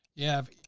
you have,